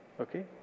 Okay